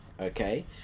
Okay